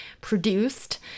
produced